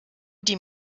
die